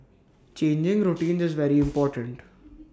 changing routines is very important